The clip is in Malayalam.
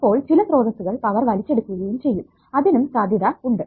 അപ്പോൾ ചില സ്രോതസ്സുകൾ പവർ വലിച്ചെടുക്കുകയും ചെയ്യും അതിനും സാധ്യത ഉണ്ട്